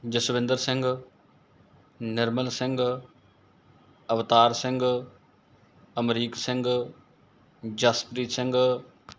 Jaswinder Singh Nirmal Singh Avtar Singh Amrik Singh Jaspreet Singh